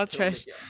cannot make it ah